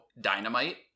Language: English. dynamite